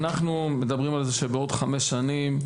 בעוד חמש שנים,